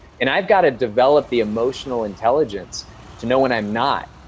and i've got to develop the emotional intelligence to know when i'm not,